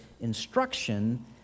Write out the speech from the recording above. instruction